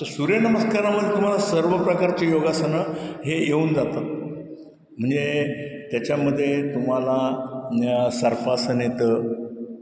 तर सूर्यनमस्कारामध्ये तुम्हाला सर्व प्रकारचे योगासनं हे येऊन जातं म्हणजे त्याच्यामध्ये तुम्हाला सर्पासन येतं